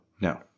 No